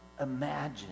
imagine